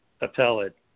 appellate